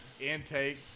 intake